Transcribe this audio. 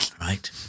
right